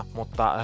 mutta